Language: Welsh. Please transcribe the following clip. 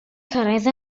cyrraedd